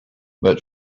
but